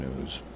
news